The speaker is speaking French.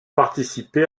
participé